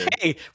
hey